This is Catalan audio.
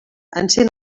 encén